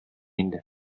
инде